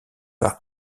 par